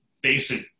basic